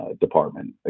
department